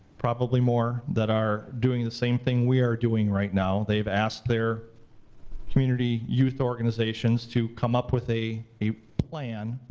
probably more that are doing the same thing we are doing right now. they've asked their community youth organizations to come up with a a plan,